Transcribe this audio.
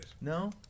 No